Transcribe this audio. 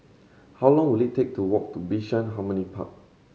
how long will it take to walk to Bishan Harmony Park